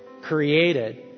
created